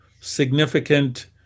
significant